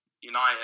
United